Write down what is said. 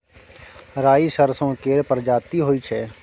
राई सरसो केर परजाती होई छै